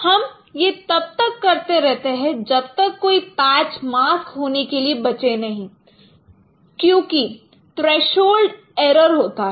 हम यह तब तक करते रहते हैं जब तक कोई पैच मास्क होने के लिए बचे नहीं क्योंकि थ्रेशहोल्ड इरर होता है